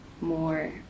more